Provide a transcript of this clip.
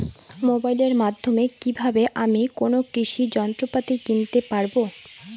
মোবাইলের মাধ্যমে কীভাবে আমি কোনো কৃষি যন্ত্রপাতি কিনতে পারবো?